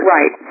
Right